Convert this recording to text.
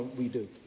we do.